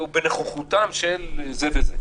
ובנוכחותם של זה וזה.